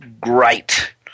great